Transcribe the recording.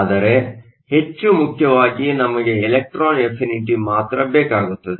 ಆದರೆ ಹೆಚ್ಚು ಮುಖ್ಯವಾಗಿ ನಮಗೆ ಇಲೆಕ್ಟ್ರಾನ್ ಅಫಿನಿಟಿ ಮಾತ್ರ ಬೇಕಾಗುತ್ತದೆ